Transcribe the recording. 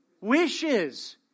wishes